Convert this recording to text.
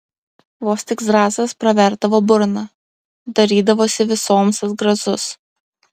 vos tik zrazas praverdavo burną darydavosi visoms atgrasus